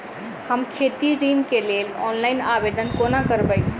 हम खेती ऋण केँ लेल ऑनलाइन आवेदन कोना करबै?